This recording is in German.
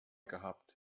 gehabt